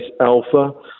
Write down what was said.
Alpha